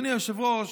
אדוני היושב-ראש,